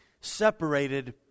separated